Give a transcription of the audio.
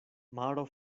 maro